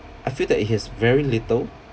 I feel that it has very little